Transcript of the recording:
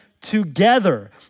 together